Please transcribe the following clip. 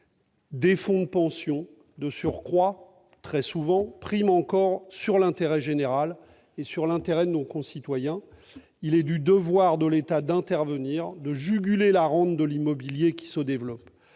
des fonds de pension, de surcroît, priment encore une fois l'intérêt général, l'intérêt de nos concitoyens ! Il est du devoir de l'État d'intervenir et de juguler la rente de l'immobilier, qui se développe.